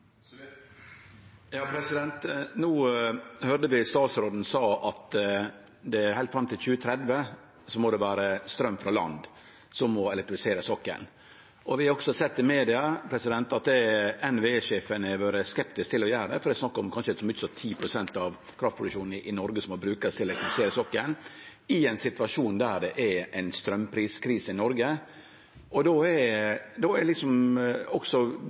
No høyrde vi statsråden seie at det heilt fram til 2030 må vere straum frå land som elektrifiserer sokkelen. Vi har også sett i media at NVE-sjefen har vore skeptisk til å gjere det, for det er snakk om kanskje så mykje som 10 pst. av kraftproduksjonen i Noreg som må brukast til å elektrifisere sokkelen, i ein situasjon der det er ein straumpriskrise i Noreg. Det som har vore lagt til grunn, er